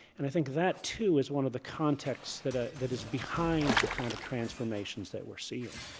and i think that too, is one of the contexts that ah that is behind the kind of transformations that we're seeing.